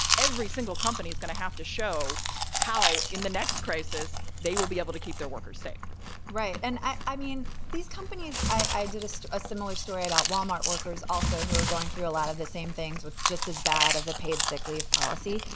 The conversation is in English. every single company is going to have to show how in the next crisis they will be able to keep their workers safe right. and i mean, these companies i did a similar story about walmart workers also who are going through a lot of the same things with just as bad of a paid sick leave policy.